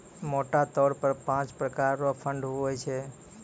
मोटा तौर पर पाँच प्रकार रो फंड हुवै छै